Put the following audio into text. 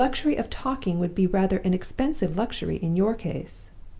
the luxury of talking would be rather an expensive luxury in your case!